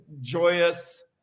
joyous